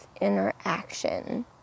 interaction